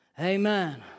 Amen